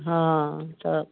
हँ तऽ